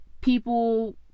people